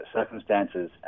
circumstances